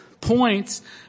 points